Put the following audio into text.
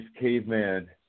Caveman